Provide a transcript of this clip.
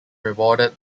rewarded